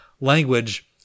language